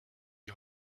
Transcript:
die